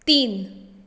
तीन